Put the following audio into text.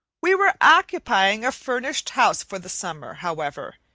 we were occupying a furnished house for the summer, however,